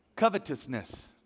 Covetousness